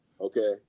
okay